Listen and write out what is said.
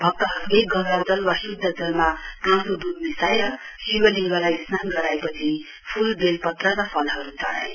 भक्तहरूले गंगाजल वा शुद्ध जलमा काँचो दुध मिसाएर शिवलिङ्गलाई स्नान गराएपछि फूल बेलपत्र र फलहरू चढाए